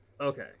okay